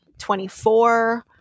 24